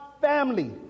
family